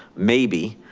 maybe